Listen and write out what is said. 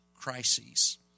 crises